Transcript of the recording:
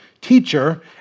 teacher